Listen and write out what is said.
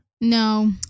No